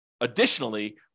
additionally